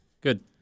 Good